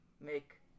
make